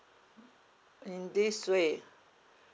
in this way